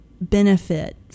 benefit